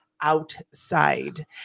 outside